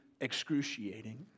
excruciating